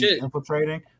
infiltrating